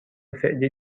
فعلی